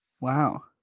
Wow